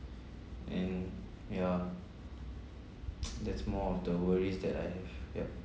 and ya that's more of the worries that I have yup